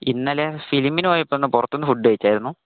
ഇന്നലെ ഫിലിമിന് പോയപ്പോൾ ഒന്ന് പുറത്ത് നിന്ന് ഫുഡ് കഴിച്ചായിരുന്നു